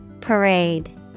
Parade